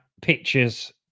pictures